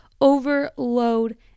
overload